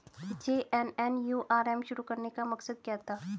JNNURM शुरू करने का मकसद क्या था?